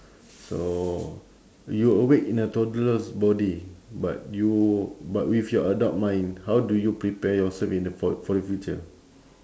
so you awake in a toddler's body but you but with your adult mind how do you prepare yourself in the for for the future